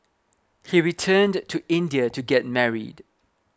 he returned to India to get married